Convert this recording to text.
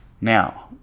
Now